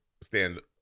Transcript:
stand